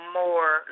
more